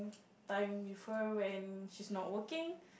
time with her when she's not working